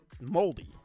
moldy